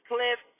Cliff